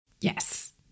Yes